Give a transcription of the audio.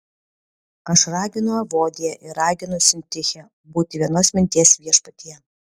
aš raginu evodiją ir raginu sintichę būti vienos minties viešpatyje